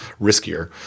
riskier